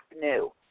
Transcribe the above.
new